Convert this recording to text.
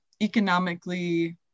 economically